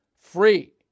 free